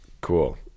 cool